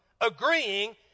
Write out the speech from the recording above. agreeing